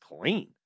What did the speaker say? clean